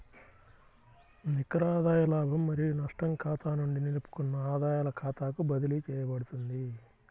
నికర ఆదాయ లాభం మరియు నష్టం ఖాతా నుండి నిలుపుకున్న ఆదాయాల ఖాతాకు బదిలీ చేయబడుతుంది